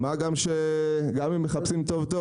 מה גם שגם אם מחפשים טוב-טוב,